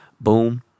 boom